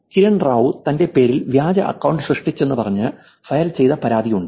കിരൺ റാവു തന്റെ പേരിൽ വ്യാജ അക്കൌണ്ട് സൃഷ്ടിച്ചുവെന്ന് പറഞ്ഞ് ഫയൽ ചെയ്ത പരാതിയുണ്ട്